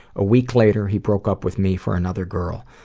a week later, he broke up with me for another girl.